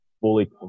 fully